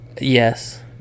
yes